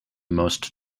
most